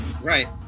Right